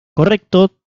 correcto